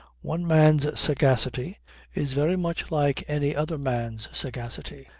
one man's sagacity is very much like any other man's sagacity.